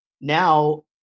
Now